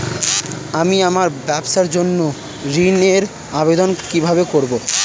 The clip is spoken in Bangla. আমি আমার ব্যবসার জন্য ঋণ এর আবেদন কিভাবে করব?